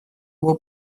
его